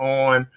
on